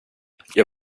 jag